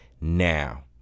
now